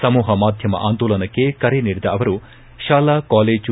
ಸಮೂಪ ಮಾಧ್ಯಮ ಆಂದೋಲನಕ್ಕೆ ಕರೆ ನೀಡಿದ ಅವರು ಶಾಲಾ ಕಾಲೇಜು